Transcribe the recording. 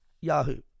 Yahoo